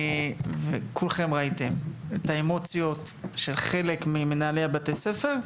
וכולכם ראיתם את האמוציות ממנהלי בתי הספר,